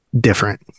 different